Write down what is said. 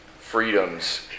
freedoms